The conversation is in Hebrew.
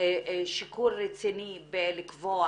שיקול רציני בלקבוע